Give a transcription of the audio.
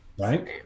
right